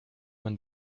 man